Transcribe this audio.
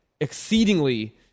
exceedingly